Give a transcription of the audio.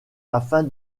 afin